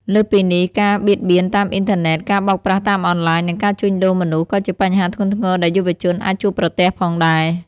លើសពីនេះ ការ បៀតបៀនតាមអ៊ីនធឺណិត ការបោកប្រាស់តាមអនឡាញ និងការជួញដូរមនុស្ស ក៏ជាបញ្ហាធ្ងន់ធ្ងរដែលយុវជនអាចជួបប្រទះផងដែរ។